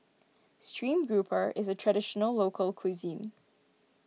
Stream Grouper is a Traditional Local Cuisine